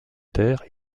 terre